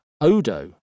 Odo